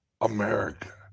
america